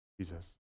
Jesus